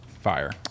fire